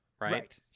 right